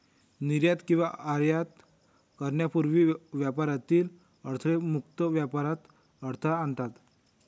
निर्यात किंवा आयात करण्यापूर्वी व्यापारातील अडथळे मुक्त व्यापारात अडथळा आणतात